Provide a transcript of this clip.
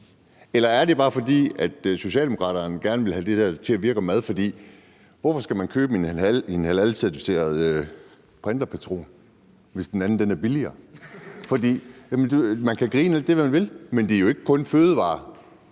Eller er det bare, fordi Socialdemokraterne gerne vil have det der til at virke for mad? For hvorfor skal man købe en halalcertificeret printerpatron, hvis den anden er billigere? Man kan grine af det alt det, man vil, men det er ikke kun fødevarer,